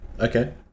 Okay